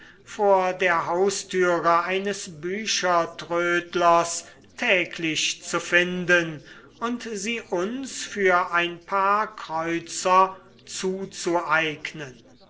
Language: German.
vor der haustüre eines büchertrödlers täglich zu finden und sie uns für ein paar kreuzer zuzueignen